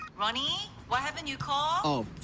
ronny, why haven't you called? oh,